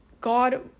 God